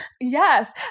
Yes